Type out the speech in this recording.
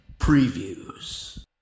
Previews